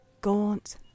gaunt